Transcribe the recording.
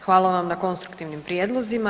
Hvala vam na konstruktivnim prijedlozima.